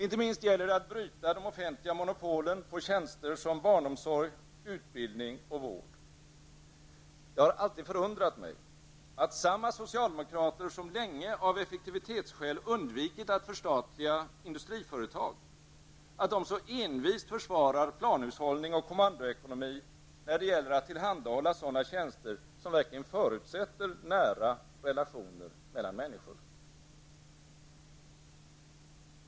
Inte minst gäller det att bryta de offentliga monopolen på tjänster som barnomsorg, utbildning och vård. Det har alltid förundrat mig att samma socialdemokrater som länge av effektivitetsskäl undvikit att förstatliga industriföretag så envist försvarar planhushållning och kommandoekonomi när det gäller att tillhandahålla sådana tjänster som verkligen förutsätter nära relationer mellan människor.